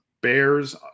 Bears